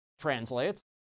translates